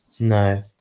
no